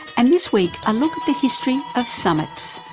and this week, a look at the history of summits.